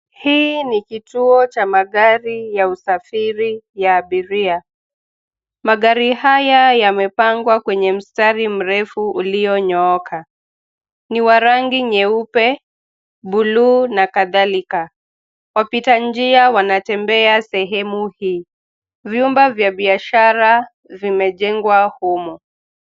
Hii ni kituo cha magari ya usafiri ya abiria. Magari haya yamepangwa kwenye mstari mrefu ulionyooka. Ni wa rangi nyeupe, buluu na kadhalika. Wapita njia wanatembea sehemu hii. Vyumba vya biashara vimejengwa humu.